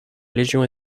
légion